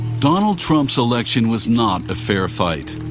donald trump's election was not a fair fight.